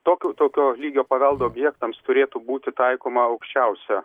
tokio tokio lygio paveldo objektams turėtų būti taikoma aukščiausia